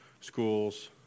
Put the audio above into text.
schools